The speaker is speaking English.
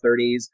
30s